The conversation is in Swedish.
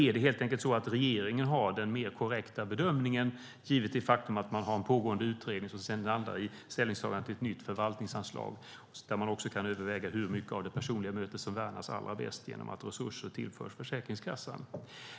Är det helt enkelt så att regeringen har den mer korrekta bedömningen, givet det faktum att man har en pågående utredning som landar i ställningstagandet om ett nytt förvaltningsanslag där man kan överväga hur det personliga mötet värnas allra bäst genom att resurser tillförs Försäkringskassan?